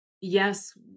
yes